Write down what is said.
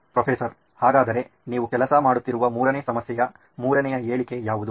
professor ಹಾಗಾದರೆ ನೀವು ಕೆಲಸ ಮಾಡುತ್ತಿರುವ ಮೂರನೆಯ ಸಮಸ್ಯೆಯ ಮೂರನೇ ಹೇಳಿಕೆ ಯಾವುದು